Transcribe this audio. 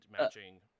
matching